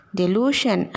delusion